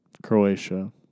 Croatia